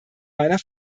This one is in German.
meiner